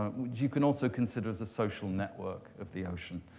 ah you can also consider this a social network of the ocean,